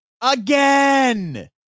Again